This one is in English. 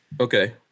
Okay